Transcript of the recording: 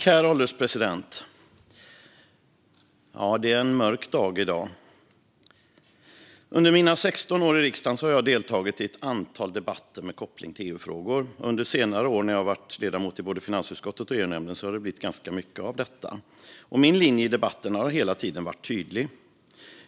Herr ålderspresident! Det är en mörk dag i dag. Under mina 16 år i riksdagen har jag deltagit i ett antal debatter med koppling till EU-frågor, och under senare år när jag har varit ledamot i både finansutskottet och EU-nämnden har det blivit mycket av detta. Min linje i debatterna har hela tiden varit tydlig.